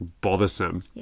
bothersome